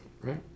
right